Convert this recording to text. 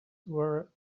were